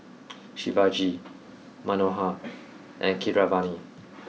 Shivaji Manohar and Keeravani